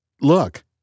look